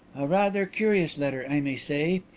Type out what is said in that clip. a rather curious letter, i may say.